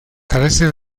carece